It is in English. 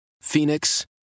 Phoenix